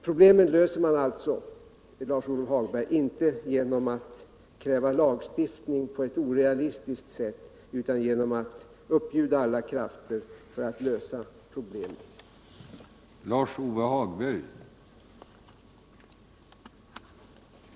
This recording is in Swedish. Problemen löser man alltså inte, Lars-Ove Hagberg, genom att kräva lagstiftning på ett orealistiskt sätt utan genom att uppbjuda alla krafter för att komma till rätta med svårigheterna.